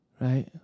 Right